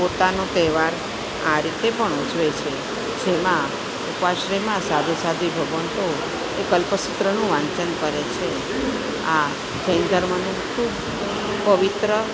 પોતાનો તહેવાર આ રીતે પણ ઉજવે છે જેમાં ઉપાશ્રેમાં સાધુ સાધ્વી ભગવંતો એ કલ્પસૂત્રનું વાંચન કરે છે આ જૈન ધર્મનું ખૂબ પવિત્ર